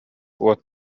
уот